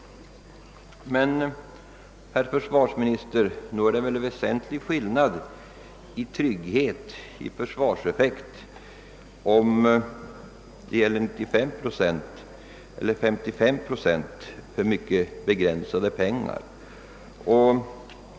Men, herr försvarsminister, nog är det en väsentlig skillnad i trygghet och försvarseffekt mellan en 95-procentig och en 55-procentig nivå, med en mycket begränsad insats av pengar.